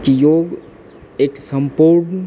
की योग एक सम्पूर्ण